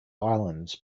islands